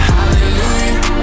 Hallelujah